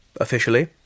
officially